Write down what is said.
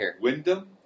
Wyndham